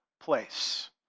place